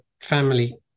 family